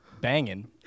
banging